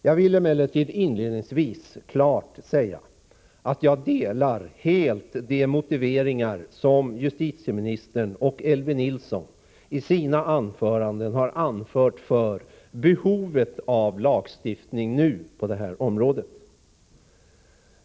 Jag vill emellertid inledningsvis klart säga att jag helt instämmer i de motiveringar som justitieministern och Elvy Nilsson i sina anföranden har givit för behovet av lagstiftning nu på detta område.